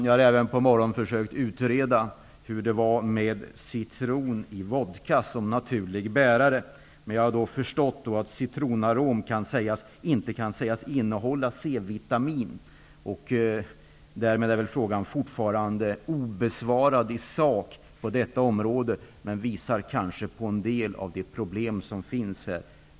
Jag har under morgonen även försökt utreda hur det förhåller sig med citron som naturlig bärare av C-vitamin i vodka, men jag har förstått att citronarom inte kan sägas innehålla C-vitamin. Därmed är väl den frågan fortfarande i sak obesvarad, men den visar kanske på en del av de problem som finns.